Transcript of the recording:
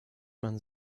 man